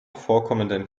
vorkommenden